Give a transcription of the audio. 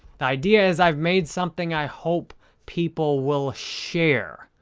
the idea is i've made something i hope people will share.